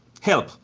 Help